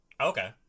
Okay